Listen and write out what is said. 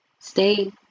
Stay